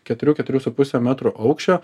keturių keturių su puse metrų aukščio